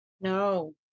No